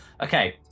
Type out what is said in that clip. Okay